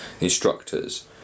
instructors